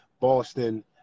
boston